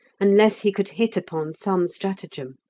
unless he could hit upon some stratagem.